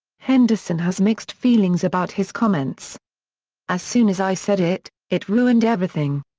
henderson has mixed feelings about his comments as soon as i said it, it ruined everything.